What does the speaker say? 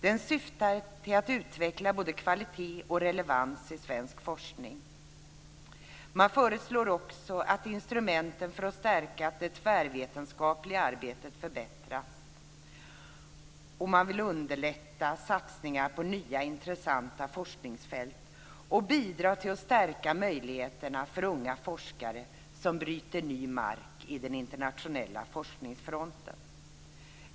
Den syftar till att utveckla både kvalitet och relevans i svensk forskning. Man föreslår också att instrumenten för att stärka det tvärvetenskapliga arbetet förbättras, och man vill underlätta satsningar på nya intressanta forskningsfält och bidra till att stärka möjligheterna för unga forskare som bryter ny mark på den internationella forskningsfronten.